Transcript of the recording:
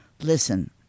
Listen